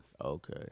Okay